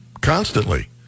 constantly